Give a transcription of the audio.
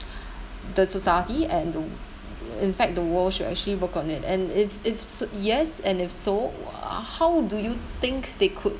the society and the in fact the world should actually work on it and if if so yes and if so uh how do you think they could